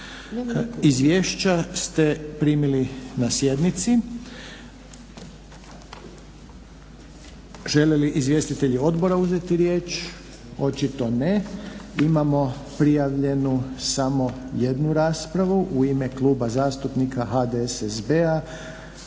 Izvješća ste primili na sjednici. Žele li izvjestitelji odbora uzeti riječ? Očito ne. Imamo prijavljenu samo jednu raspravu. U ime Kluba zastupnika HDSSB-a